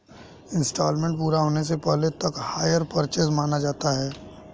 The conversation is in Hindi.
इन्सटॉलमेंट पूरा होने से पहले तक हायर परचेस माना जाता है